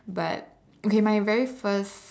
but okay my very first